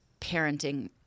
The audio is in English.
parenting